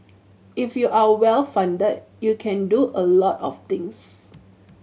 if you are well funded you can do a lot of things